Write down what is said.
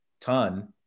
ton